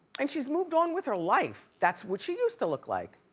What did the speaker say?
and she's moved on with her life. that's what she used to look like.